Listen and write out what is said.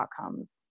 outcomes